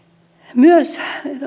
myös